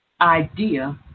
idea